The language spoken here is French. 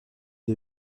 est